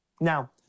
Now